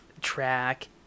track